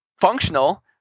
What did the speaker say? Functional